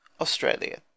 Australia